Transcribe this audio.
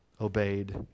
obeyed